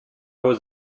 was